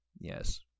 Yes